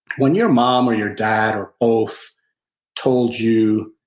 when your mom or your dad or both told you,